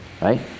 right